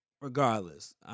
regardless